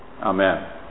Amen